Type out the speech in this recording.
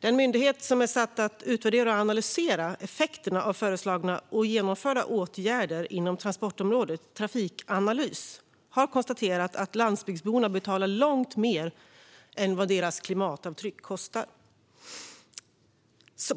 Den myndighet som är satt att utvärdera och analysera effekterna av föreslagna och genomförda åtgärder inom transportområdet, Trafikanalys, har konstaterat att landsbygdsborna betalar långt mer än vad deras klimatavtryck kostar.